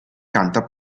canta